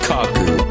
Kaku